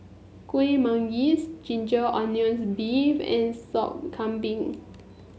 Kueh Manggis Ginger Onions beef and Sop Kambing